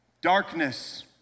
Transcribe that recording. darkness